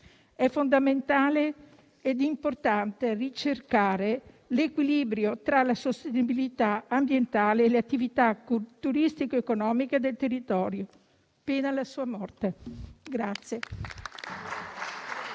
è fondamentale e importante ricercare l'equilibrio tra la sostenibilità ambientale e le attività turistiche ed economiche del territorio, pena la sua morte.